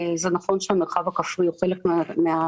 זה נכון שהמרחב הכפרי הוא חלק מהמדינה